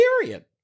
Period